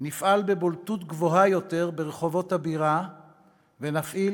נפעל בבולטות גבוהה יותר ברחובות הבירה ונפעיל